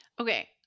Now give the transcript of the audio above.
Okay